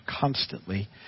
constantly